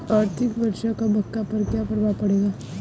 अधिक वर्षा का मक्का पर क्या प्रभाव पड़ेगा?